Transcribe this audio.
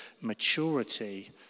maturity